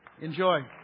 Enjoy